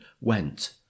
went